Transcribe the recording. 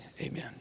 Amen